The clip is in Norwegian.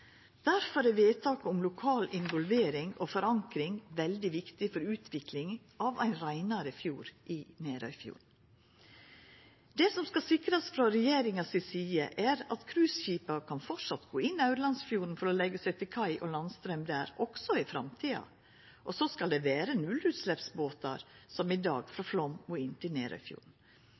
er vedtaket om lokal involvering og forankring veldig viktig for utvikling av ein reinare fjord i Nærøyfjorden. Det som skal sikrast frå regjeringa si side, er at cruiseskipa fortsatt kan gå inn Aurlandsfjorden for å leggja til kai og få landstraum der også i framtida. Så skal det vera nullutsleppsbåtar som i dag, frå Flåm og inn til Nærøyfjorden.